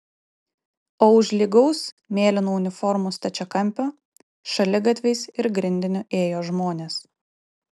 o už lygaus mėlynų uniformų stačiakampio šaligatviais ir grindiniu ėjo žmonės